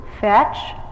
Fetch